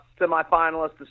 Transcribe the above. semifinalist